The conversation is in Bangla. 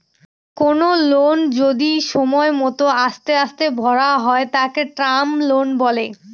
কোনো লোন যদি সময় মত আস্তে আস্তে ভরা হয় তাকে টার্ম লোন বলে